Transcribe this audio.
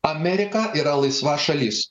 amerika yra laisva šalis